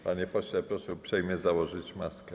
Panie pośle, proszę uprzejmie założyć maskę.